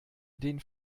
den